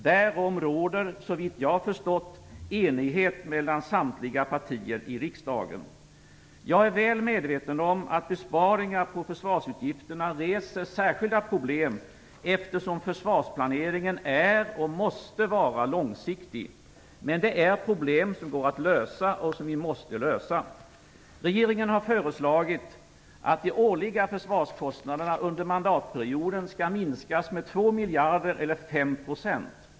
Därom råder, såvitt jag förstått, enighet mellan samtliga partier i riksdagen. Jag är väl medveten om att besparingar på försvarsutgifterna reser särskilda problem, eftersom försvarsplaneringen är och måste vara långsiktig. Men det är problem som går att lösa och som vi måste lösa. Regeringen har föreslagit att de årliga försvarskostnaderna under mandatperioden skall minskas med 2 miljarder, eller 5 %.